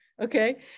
okay